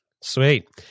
Sweet